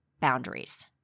boundaries